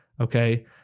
Okay